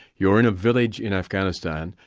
you're in a village in afghanistan,